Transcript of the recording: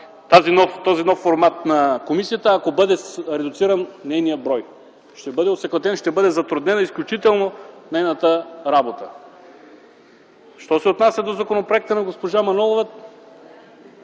този нов формат на комисията, ако бъде редуциран нейният брой, ще бъде осакатен, ще бъде затруднена изключително нейната работа. Що се отнася до законопроекта на госпожа Манолова,